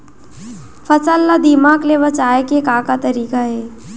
फसल ला दीमक ले बचाये के का का तरीका हे?